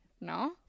No